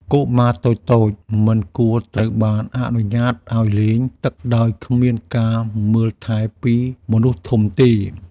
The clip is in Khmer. កុមារតូចៗមិនគួរត្រូវបានអនុញ្ញាតឱ្យលេងទឹកដោយគ្មានការមើលថែពីមនុស្សធំទេ។